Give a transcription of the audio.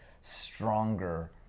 stronger